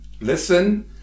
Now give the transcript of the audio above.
Listen